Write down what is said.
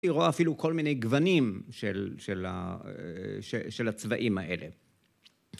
היא רואה אפילו כל מיני גוונים ‫של, של ה.. של הצבעים האלה.